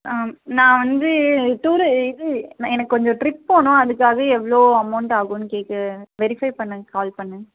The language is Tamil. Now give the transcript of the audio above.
ம் நான் வந்து டூரு இது எனக்கு கொஞ்சம் ட்ரிப் போகணும் அதுக்காக எவ்வளோ அமௌன்டு ஆகும்ன்னு கேட்க வெரிஃபை பண்ண கால் பண்ணிணேன்